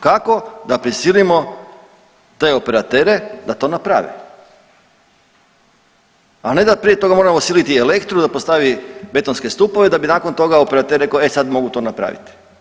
Kako da prisilimo te operatere da to naprave, a ne da prije toga moramo siliti elektru da postavi betonske stupove da bi nakon toga operater rekao e sad mogu to napraviti.